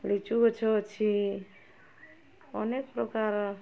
ଲିଚୁ ଗଛ ଅଛି ଅନେକ ପ୍ରକାର